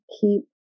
keep